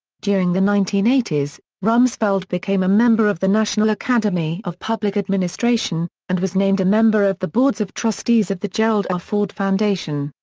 during the nineteen eighty s, rumsfeld became a member of the national academy of public administration, and was named a member of the boards of trustees of the gerald r. ford foundation,